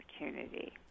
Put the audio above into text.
opportunity